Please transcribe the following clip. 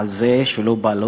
על זה שלא באו,